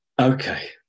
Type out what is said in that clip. okay